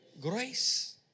grace